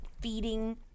feeding